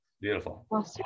Beautiful